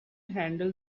handle